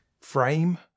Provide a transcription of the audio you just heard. frame